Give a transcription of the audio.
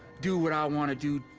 do what i wanna do.